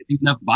enough